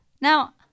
now